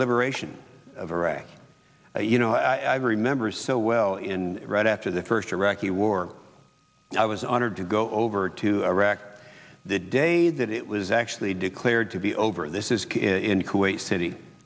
liberation of iraq you know i remember so well in right after the first iraqi war i was honored to go over to iraq the day that it was actually declared to be over this is in kuwait city